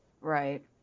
Right